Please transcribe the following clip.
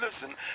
listen